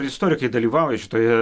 istorikai dalyvauja šitoje